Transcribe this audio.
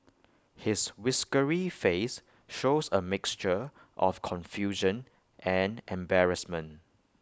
his whiskery face shows A mixture of confusion and embarrassment